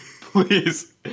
Please